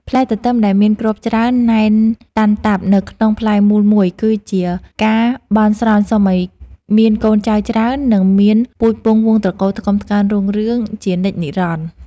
ផ្លែទទឹមដែលមានគ្រាប់ច្រើនណែនតាន់តាប់នៅក្នុងផ្លែមូលមួយគឺជាការបន់ស្រន់សុំឱ្យមានកូនចៅច្រើន និង មានពូជពង្សវង្សត្រកូលថ្កុំថ្កើងរុងរឿងជានិច្ចនិរន្តរ៍។